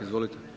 Izvolite.